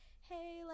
hey